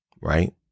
Right